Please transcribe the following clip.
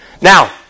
Now